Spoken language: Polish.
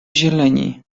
zieleni